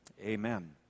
amen